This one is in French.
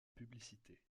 publicité